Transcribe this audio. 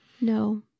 no